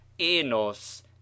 Enos